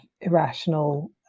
irrational